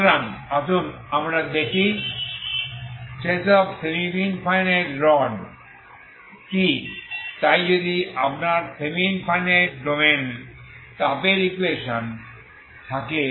সুতরাং আসুন আমরা দেখি সেসব সেমি ইনফাইনাইট রড কি তাই যদি আপনার সেমি ইনফাইনাইট ডোমেইনে তাপের ইকুয়েশন থাকে